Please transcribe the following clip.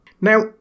Now